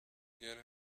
get